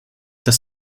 das